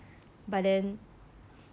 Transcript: but then